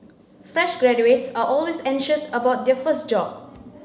fresh graduates are always anxious about their first job